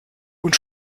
und